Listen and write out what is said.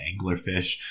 anglerfish